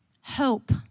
hope